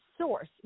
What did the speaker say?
source